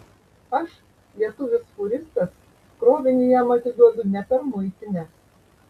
aš lietuvis fūristas krovinį jam atiduodu ne per muitinę